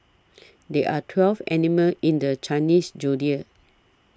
there are twelve animals in the Chinese zodiac